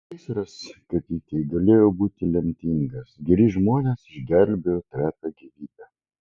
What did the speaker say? gaisras katytei galėjo būti lemtingas geri žmonės išgelbėjo trapią gyvybę